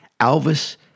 Alvis